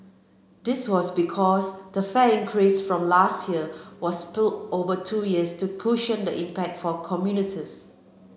this was because the fare increase from last year was split over two years to cushion the impact for commuters